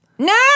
No